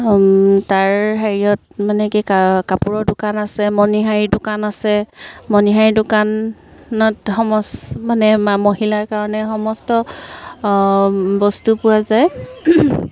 তাৰ হেৰিয়ত মানে কি কাপোৰৰ দোকান আছে মণিহাৰী দোকান আছে মণিহাৰী দোকানত মানে মহিলাৰ কাৰণে সমস্ত বস্তু পোৱা যায়